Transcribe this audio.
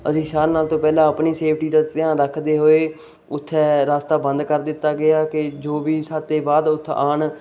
ਅਸੀਂ ਸਾਰਿਆਂ ਨਾਲੋਂ ਪਹਿਲਾਂ ਆਪਣੀ ਸੇਫਟੀ ਦਾ ਧਿਆਨ ਰੱਖਦੇ ਹੋਏ ਉੱਥੇ ਰਸਤਾ ਬੰਦ ਕਰ ਦਿੱਤਾ ਗਿਆ ਕਿ ਜੋ ਵੀ ਸਾਡੇ ਤੋਂ ਬਾਅਦ ਉੱਥੇ ਆਉਣ